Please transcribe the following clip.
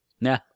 Nah